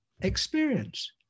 experience